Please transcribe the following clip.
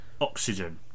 oxygen